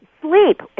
Sleep